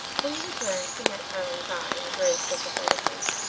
when he returned, he met tarling's eye and grinned sympathetically.